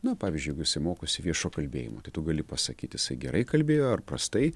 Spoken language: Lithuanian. na pavyzdžiui jeigu jisai mokosi viešo kalbėjimo tai tu gali pasakyti jisai gerai kalbėjo ar prastai